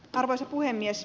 arvoisa puhemies